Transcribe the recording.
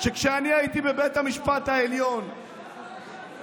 שכשאני הייתי בבית המשפט העליון ועתרתי